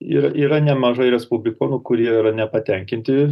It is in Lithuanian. yra yra nemažai respublikonų kurie yra nepatenkinti